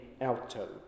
alto